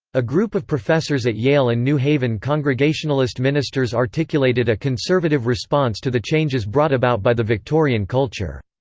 a group of professors at yale and new haven congregationalist ministers articulated a conservative response to the changes brought about by the victorian culture.